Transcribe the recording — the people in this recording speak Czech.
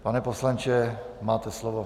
Pane poslanče, máte slovo.